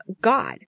God